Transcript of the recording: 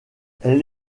elle